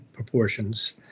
Proportions